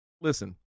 Listen